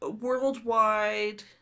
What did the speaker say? worldwide